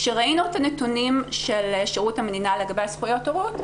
כשראינו את הנתונים של שירות המדינה לגבי זכויות ההורות,